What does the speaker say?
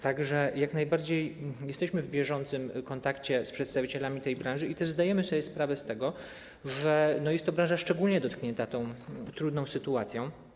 Tak że jak najbardziej jesteśmy w bieżącym kontakcie z przedstawicielami tej branży i zdajemy sobie sprawę z tego, że jest to branża szczególnie dotknięta trudną sytuacją.